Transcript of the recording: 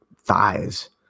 thighs